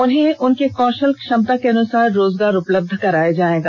उन्हें उनके कौशल क्षमता के अनुसार रोजगार उपलब्ध कराया जाएगा